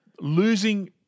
losing